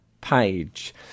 page